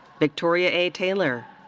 victoria a. taylor.